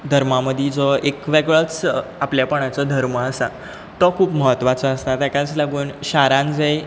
धर्मा मदीं जो एक वेगळोच आपलेपणाचो धर्म आसा तो खूब म्हत्वाचो आसता ताकाच लागून शारान जंय